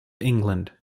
england